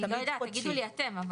אני לא יודעת, תגידו לי אתם.